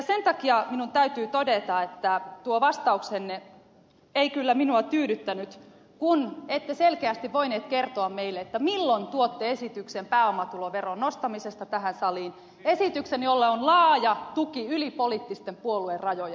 sen takia minun täytyy todeta että tuo vastauksenne ei kyllä minua tyydyttänyt kun ette selkeästi voinut kertoa meille milloin tuotte esityksen pääomatuloveron nostamisesta tähän saliin esityksen jolla on laaja tuki yli poliittisten puoluerajojen